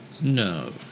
No